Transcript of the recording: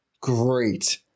Great